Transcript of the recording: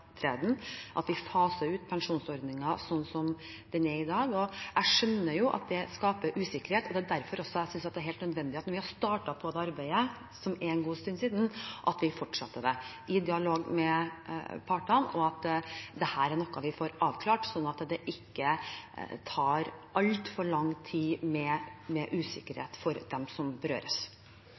vi faser ut pensjonsordningen slik den er i dag. Jeg skjønner at det skaper usikkerhet. Det er derfor jeg synes det er helt nødvendig at vi, når vi har startet på dette arbeidet – som var for en god stund siden – fortsetter det, i dialog med partene, og at dette er noe vi får avklart, slik at det ikke blir altfor lang tid med usikkerhet for dem som berøres.